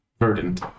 verdant